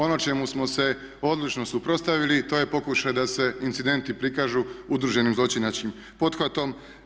Ono čemu smo se odlično suprotstavili to je pokušaj da se incidenti prikažu udruženim zločinačkim pothvatom.